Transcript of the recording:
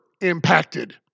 impacted